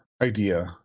idea